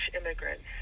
immigrants